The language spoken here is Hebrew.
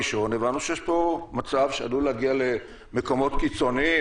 גם אנחנו בשלב הראשון הבנו שיש פה מצב שעלול להגיע למקומות קיצוניים,